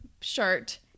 shirt